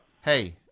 Hey